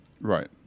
Right